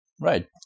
Right